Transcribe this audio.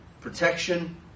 protection